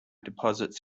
deposits